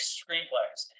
screenplays